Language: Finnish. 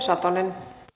arvoisa puhemies